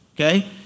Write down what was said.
Okay